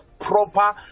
proper